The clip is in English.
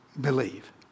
believe